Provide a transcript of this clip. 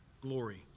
glory